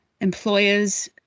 employers